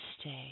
stay